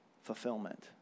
fulfillment